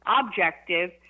objective